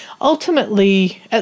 Ultimately